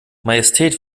majestät